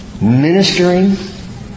ministering